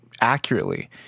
accurately